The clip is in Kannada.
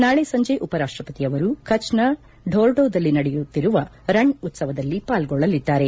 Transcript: ನಾಳೆ ಸಂಜೆ ಉಪರಾಷ್ಷಪತಿ ಅವರು ಕಚ್ನ ಢೋರ್ಡೋದಲ್ಲಿ ನಡೆಯುತ್ತಿರುವ ರಣ್ ಉತ್ಸವದಲ್ಲಿ ಪಾಲ್ಗೊಳ್ಳಲಿದ್ದಾರೆ